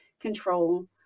control